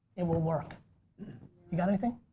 it will work. you got anything?